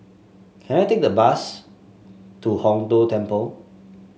can I take the bus to Hong Tho Temple